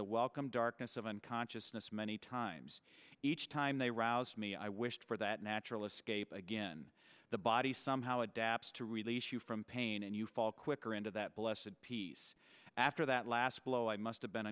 the welcome darkness of an consciousness many times each time they rouse me i wished for that natural escape again the body somehow adapts to release you from pain and you fall quicker into that blessid piece after that last blow i must of been